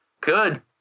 good